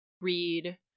read